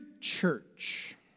church